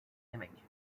image